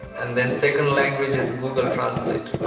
and then second language is google translate.